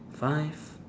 five